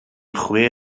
chwe